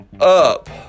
up